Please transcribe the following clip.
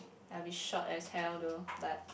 I'll be short as hell though but